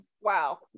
wow